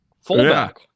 Fullback